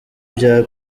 bya